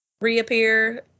reappear